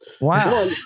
Wow